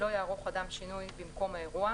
לא יערוך אדם שינוי במקום האירוע,